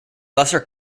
lesser